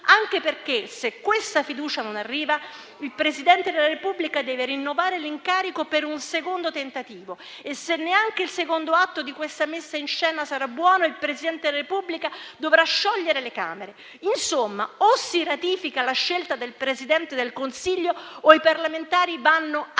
anche perché, se questa fiducia non arriva, il Presidente della Repubblica deve rinnovare l'incarico per un secondo tentativo; e se neanche il secondo atto di questa messa in scena sarà buono, il Presidente della Repubblica dovrà sciogliere le Camere. Insomma, o si ratifica la scelta del Presidente del Consiglio o i parlamentari vanno a casa.